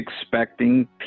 expecting